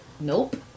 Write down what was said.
nope